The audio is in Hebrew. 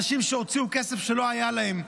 אנשים הוציאו כסף שלא היה להם,